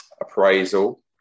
appraisal